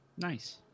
Nice